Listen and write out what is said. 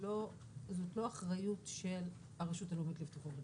זאת לא האחריות של הרשות הלאומית לבטיחות בדרכים,